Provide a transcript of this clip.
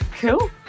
Cool